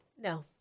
No